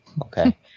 Okay